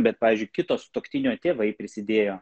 bet pavyzdžiui kito sutuoktinio tėvai prisidėjo